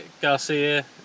Garcia